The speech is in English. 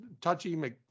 Touchy